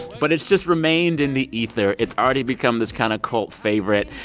but it's just remained in the ether. it's already become this kind of cult favorite.